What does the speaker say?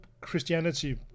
Christianity